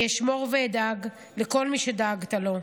אני אשמור ואדאג לכל מי שדאגת לו.